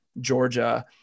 Georgia